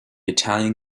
italian